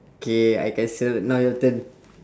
K I cancel now your turn